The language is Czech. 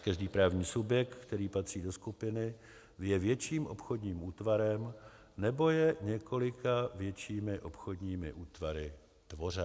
Každý právní subjekt, který patří do skupiny, je větším obchodním útvarem nebo je několika většími obchodními útvary tvořen.